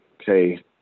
Okay